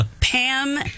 Pam